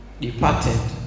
departed